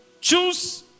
choose